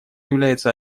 является